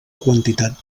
quantitat